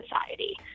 society